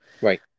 Right